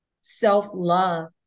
self-love